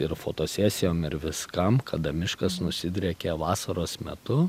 ir fotosesijom ir viskam kada miškas nusidriekia vasaros metu